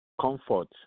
comfort